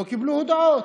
והן לא קיבלו הודעות.